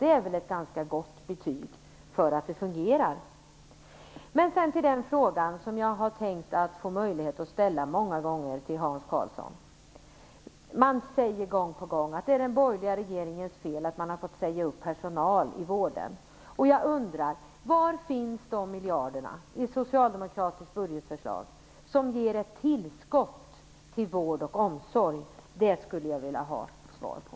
Det är väl ett ganska gott betyg för att det fungerar. Sedan till den fråga som jag många gånger har tänkt att jag skulle få möjlighet att ställa till Hans Karlsson. Man säger gång på gång att det är den borgerliga regeringens fel att personal har fått sägas upp i vården. Jag undrar: Var finns de miljarderna i det socialdemokratiska budgetförslaget som ger ett tillskott till vård och omsorg? Det skulle jag vilja ha svar på.